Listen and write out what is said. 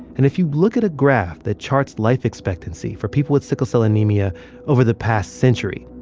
and if you look at a graph that charts life expectancy for people with sickle cell anemia over the past century,